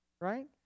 Right